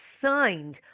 signed